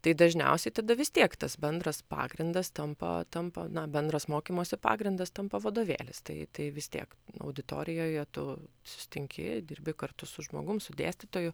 tai dažniausiai tada vis tiek tas bendras pagrindas tampa tampa bendras mokymosi pagrindas tampa vadovėlis tai tai vis tiek auditorijoje tu susitinki dirbi kartu su žmogum su dėstytoju